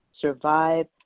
survive